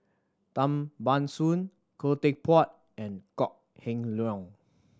Tan Ban Soon Khoo Teck Puat and Kok Heng Leun